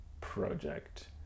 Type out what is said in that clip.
project